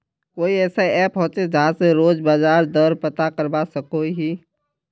कोई ऐसा ऐप होचे जहा से रोज बाजार दर पता करवा सकोहो ही?